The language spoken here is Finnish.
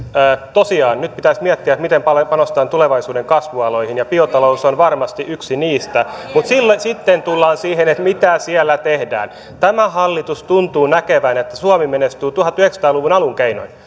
tosiaan nyt pitäisi miettiä miten paljon panostetaan tulevaisuuden kasvualoihin ja biotalous on varmasti yksi niistä mutta sitten tullaan siihen että mitä siellä tehdään tämä hallitus tuntuu näkevän että suomi menestyy tuhatyhdeksänsataa luvun alun keinoin